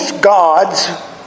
gods